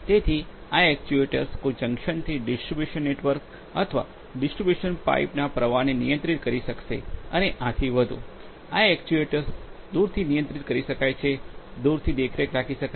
તેથી આ એક્ટ્યુએટર્સ કોઈ જંકશનથી ડિસ્ટ્રિબ્યુશન નેટવર્ક અથવા ડિસ્ટ્રિબ્યુશન પાઇપના પ્રવાહને નિયંત્રિત કરી શકશે અને આ આથી વધુ આ એક્ટ્યુએટર્સ દૂરથી નિયંત્રિત કરી શકાય છે દૂરથી દેખરેખ રાખી શકાય છે